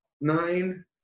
nine